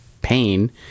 pain